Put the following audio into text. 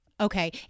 okay